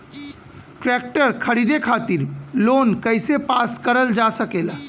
Tractor खरीदे खातीर loan कइसे पास करल जा सकेला?